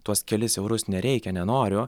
tuos kelis eurus nereikia nenoriu